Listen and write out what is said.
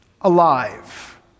alive